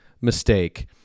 mistake